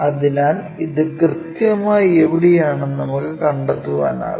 അതിനാൽ ഇത് കൃത്യമായി എവിടെയാണെന്ന് നമുക്ക് കണ്ടെത്താനാകും